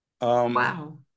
wow